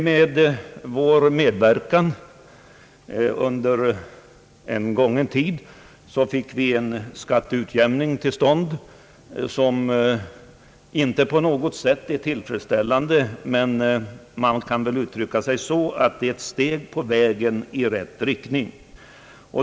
Med vår medverkan uppnåddes under en gången tid en skatteutjämning som inte på något sätt är tillfredsställande men ändå torde vara ett steg på vägen i rätt riktning.